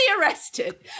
arrested